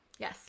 yes